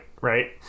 right